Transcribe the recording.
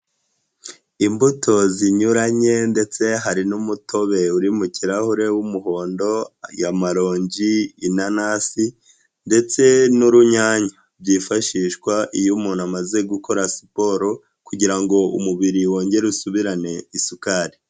Imbuto zinyuranye ndetse hari n'umutobe uri mu kirahure w'umuhondo aya marongi inanasi ndetse n'urunyanya, byifashishwa iyo umuntu amaze gukora siporo kugira ngo umubiri wongere usubirane isukari.